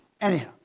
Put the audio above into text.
Anyhow